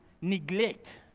neglect